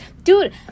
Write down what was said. Dude